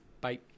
Bye